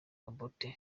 obote